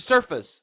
surface